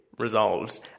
resolved